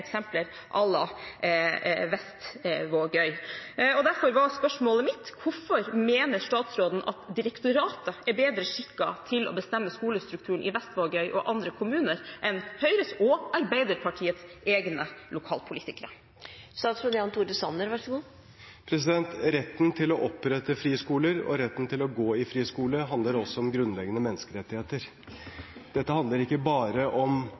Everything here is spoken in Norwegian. eksempler à la Vestvågøy. Derfor var spørsmålet mitt: Hvorfor mener statsråden at direktoratet er bedre skikket til å bestemme skolestrukturen i Vestvågøy og i andre kommuner enn Høyres – og Arbeiderpartiets – egne lokalpolitikere? Retten til å opprette friskoler og retten til å gå i friskole handler også om grunnleggende menneskerettigheter. Dette handler ikke bare om